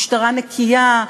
משטרה נקייה.